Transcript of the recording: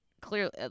clearly